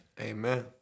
amen